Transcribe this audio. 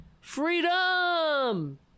Freedom